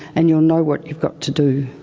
and you'll know what you've got to do.